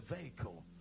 vehicle